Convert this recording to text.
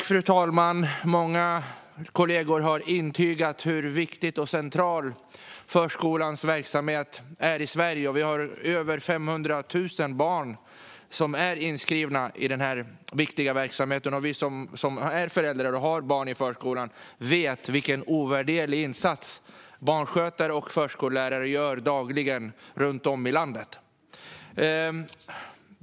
Fru talman! Många kollegor har intygat hur viktig och central förskolans verksamhet är i Sverige. Över 500 000 barn är inskrivna i denna viktiga verksamhet, och vi som är föräldrar till barn i förskolan vet vilken ovärderlig insats barnskötare och förskollärare gör dagligen runt om i landet.